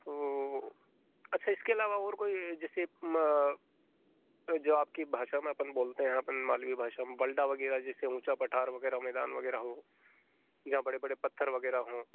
तो अच्छा इसके अलवा और कोई जैसे जो आपकी भाषा में अपन बोलते हैं अपन मालवी भाषा में बल्डा वगैरह जैसे ऊँचा पठार वगैरह मैदान वगैरह हो या बड़े बड़े पत्थर वगैरह हों